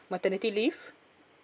maternity leave